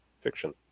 fiction